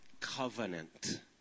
Covenant